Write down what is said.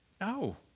No